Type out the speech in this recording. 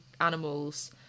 animals